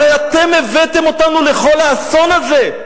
הרי אתם הבאתם אותנו לכל האסון הזה.